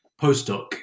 postdoc